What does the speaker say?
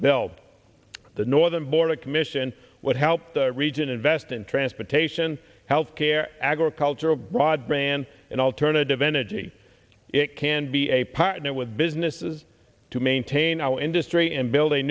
build the northern border commission would help the region invest in transportation health care agricultural broadband and alternative energy it can be a partner with businesses to maintain our industry and build a